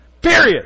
Period